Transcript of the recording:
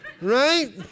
Right